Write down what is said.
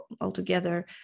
altogether